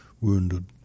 wounded